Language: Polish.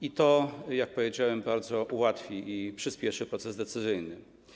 I to, jak powiedziałem, bardzo ułatwi i przyspieszy proces decyzyjny.